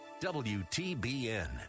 WTBN